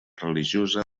religiosa